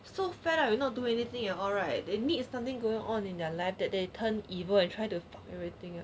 so fed up will not do anything at all right you need something going on in their life that they turn evil and try fuck everything ah